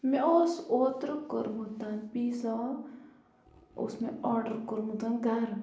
مےٚ اوس اوترٕ کوٚرمُت پیٖزا اوس مےٚ آرڈَر کوٚرمُت گَرٕ